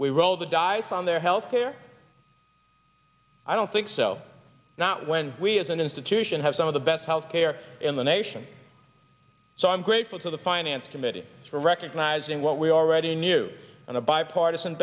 we roll the dice on their health care i don't think so not when we as an institution have some of the best health care in the nation so i'm grateful to the finance committee for recognizing what we already knew on a bipartisan